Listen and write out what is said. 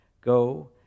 Go